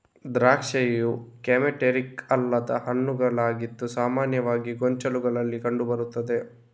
ದ್ರಾಕ್ಷಿಯು ಕ್ಲೈಮ್ಯಾಕ್ಟೀರಿಕ್ ಅಲ್ಲದ ಹಣ್ಣುಗಳಾಗಿದ್ದು ಸಾಮಾನ್ಯವಾಗಿ ಗೊಂಚಲುಗಳಲ್ಲಿ ಕಂಡು ಬರುತ್ತದೆ